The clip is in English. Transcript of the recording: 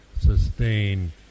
sustain